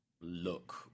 look